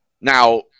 Now